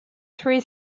three